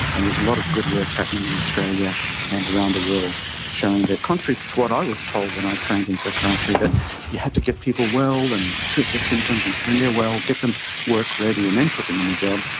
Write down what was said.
and there's a lot of good work happening in australia and around the world showing that contrary to what i was told when i trained in psychiatry, that you had to get people well and treat their symptoms and when they are well get them work-ready and then put them in the job,